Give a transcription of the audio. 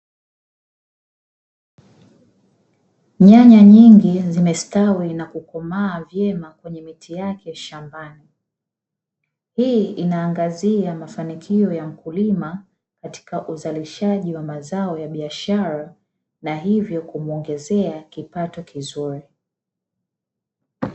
Nyanya nyingi zimestawi na kukomaa vyema kwenye miti yake shambani. Hii inaangazia mafanikio ya mkulima katika uzalishaji wa mazao ya biashara na hivyo kumwongezea kipato kizuri.